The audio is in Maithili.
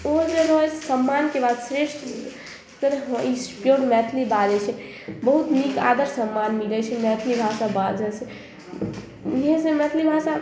ओ जे रहत सम्मानके बात श्रेष्ठ तऽ हँ ई पिओर मैथिली बाजै छै बहुत नीक आदर सम्मान मिलै छै मैथिली भाषा बाजैसे इएहसब मैथिली भाषा